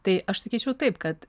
tai aš sakyčiau taip kad